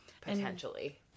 potentially